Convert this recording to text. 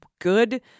good